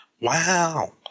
Wow